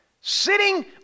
Sitting